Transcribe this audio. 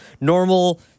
normal